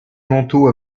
manteau